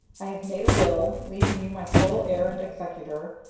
i have made a will, leaving you my sole heir and executor.